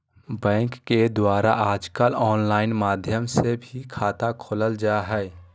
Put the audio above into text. bank के द्वारा आजकल आनलाइन माध्यम से भी खाता खोलल जा हइ